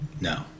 No